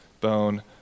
bone